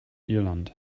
irland